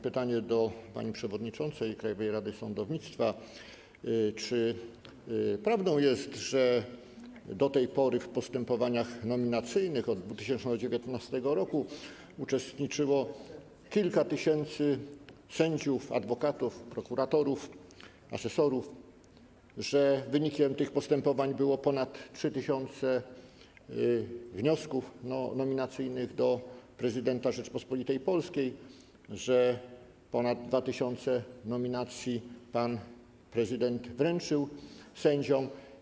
Pytanie do pani przewodniczącej Krajowej Rady Sądownictwa: Czy prawdą jest, że do tej pory w postępowaniach nominacyjnych, od 2019 r., uczestniczyło kilka tysięcy sędziów, adwokatów, prokuratorów, asesorów, że wynikiem tych postępowań było ponad 3 tys. wniosków nominacyjnych do prezydenta Rzeczypospolitej Polskiej, że ponad 2 tys. nominacji pan prezydent wręczył sędziom?